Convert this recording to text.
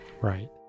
right